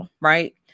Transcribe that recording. right